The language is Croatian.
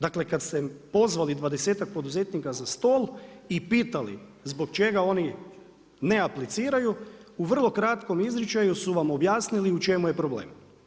Dakle kad ste pozvali dvadesetak poduzetnika za stol i pitali zbog čega oni ne apliciraju, u vrlo kratko izričaju su vam objasnili u čemu je problem.